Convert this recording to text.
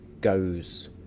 goes